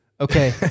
Okay